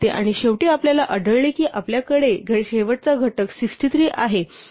आणि शेवटी आपल्याला आढळले की आपल्याकडे शेवटचा घटक 63 आहे